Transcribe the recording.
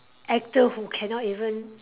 actor who cannot even